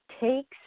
takes